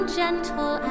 gentle